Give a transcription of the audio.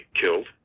killed